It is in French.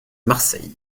marseille